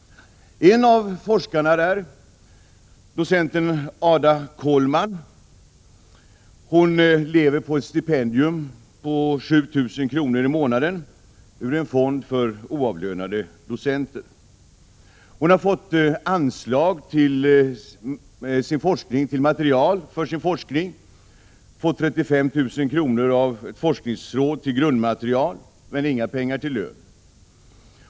En av forskarna där, docenten Ada Kolman, lever på ett stipendium på 7 000 kr. i månaden ur en fond för oavlönade docenter. Hon har fått anslag till material för sin forskning —35 000 kr. av ett forskningsråd till grundmaterial — men inga pengar till lön.